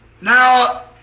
Now